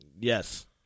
Yes